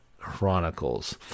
Chronicles